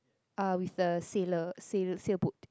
uh with a sailor sail~ sailboat